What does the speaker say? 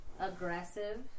aggressive